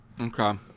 okay